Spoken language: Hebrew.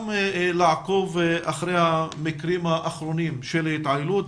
לעקוב אחר המקרים האחרונים של התעללות,